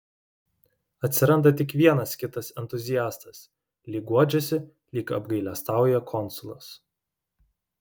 atsiranda tik vienas kitas entuziastas lyg guodžiasi lyg apgailestauja konsulas